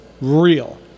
real